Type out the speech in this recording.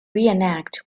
reenact